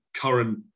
current